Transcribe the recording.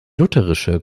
lutherische